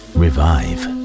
revive